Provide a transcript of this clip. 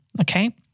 Okay